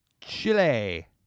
Chile